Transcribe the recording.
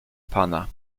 pana